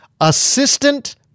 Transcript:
assistant